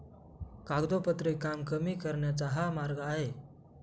कागदोपत्री काम कमी करण्याचा हा मार्ग आहे